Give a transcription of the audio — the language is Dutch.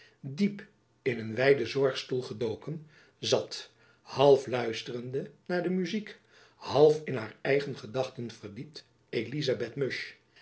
diep in een wijden zorgstoel gedoken zat half luisterende naar de muzyk half in haar eigen gedachten verdiept elizabeth musch